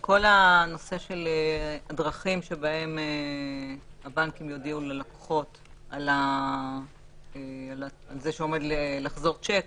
כל הדרכים שבהן הבנקים יודיעו ללקוחות על זה שעומד לחזור שיק